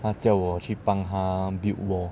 他叫我去帮他 build wall